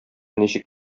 ничек